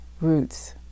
Roots